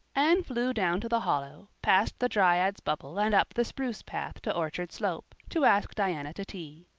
anne flew down to the hollow, past the dryad's bubble and up the spruce path to orchard slope, to ask diana to tea.